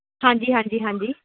ਹਾਂਜੀ ਹਾਂਜੀ ਹਾਂਜੀ